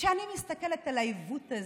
וכשאני מסתכלת על העיוות הזה,